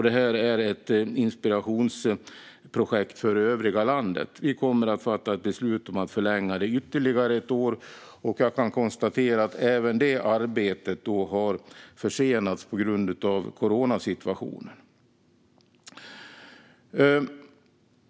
Detta är ett inspirationsprojekt för övriga landet. Vi kommer att fatta ett beslut om att förlänga det ytterligare ett år. Jag kan konstatera att även detta arbete har försenats på grund av coronasituationen.